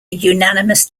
unanimous